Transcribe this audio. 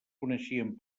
coneixien